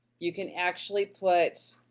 you can actually put,